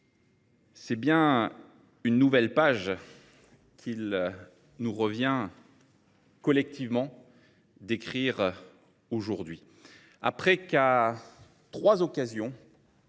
c’est bien une nouvelle page qu’il nous revient collectivement d’écrire aujourd’hui, après que, à trois occasions,